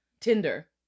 Tinder